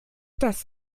das